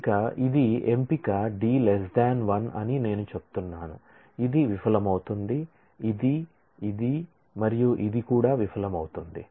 ఇది ఇక్కడ సెలక్షన్ అనేది D 1 అని నేను చెప్తున్నాను ఇది విఫలమవుతుంది ఇది ఇది ఇది విఫలమవుతుంది